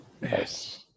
Yes